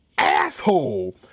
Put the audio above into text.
asshole